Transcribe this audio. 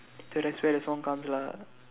so that's where the song comes lah